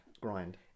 grind